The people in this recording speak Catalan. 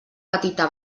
petita